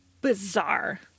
bizarre